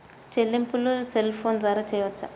చెల్లింపులు cell phone ద్వారా చేయవచ్చా?